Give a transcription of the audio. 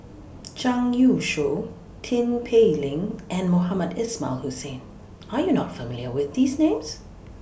Zhang Youshuo Tin Pei Ling and Mohamed Ismail Hussain Are YOU not familiar with These Names